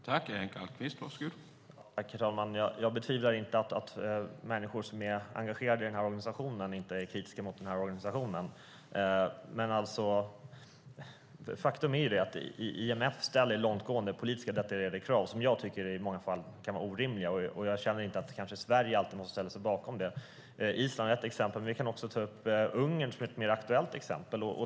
Herr talman! Jag betvivlar inte att människor som är engagerade i den här organisationen inte är kritiska mot den här organisationen. Faktum är att IMF ställer långtgående, detaljerade, politiska krav som jag tycker är orimliga i många fall. Jag känner inte att Sverige alltid måste ställa sig bakom det. Island är ett exempel, vi kan också ta upp Ungern som är ett mer aktuellt exempel.